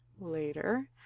later